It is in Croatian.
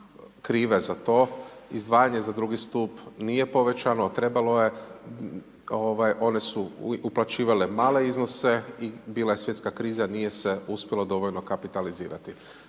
krive za to, izdvajanje za drugi stup nije povećano, a trebalo je, one su uplaćivale male iznose i bila je svjetska kriza, nije se uspjelo dovoljno kapitalizirati.